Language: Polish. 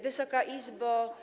Wysoka Izbo!